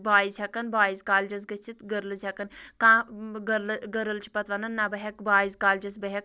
boys ہٮ۪کان boys کالجَس گٔژِھتھ گٔرلٔز ہٮ۪کان کانٛہہ گٔرل چھِ پَتہٕ وَنان نہَ بہٕ ہٮ۪کہٕ بایِز کالجَس بہٕ ہٮ۪کہٕ